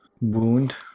wound